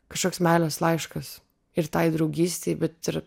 kažkoks meilės laiškas ir tai draugystei bet ir